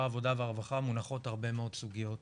העבודה והרווחה מונחות הרבה מאוד סוגיות.